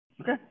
Okay